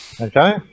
Okay